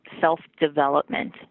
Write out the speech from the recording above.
self-development